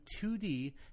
2D